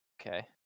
Okay